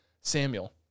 Samuel